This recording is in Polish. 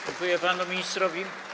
Dziękuję panu ministrowi.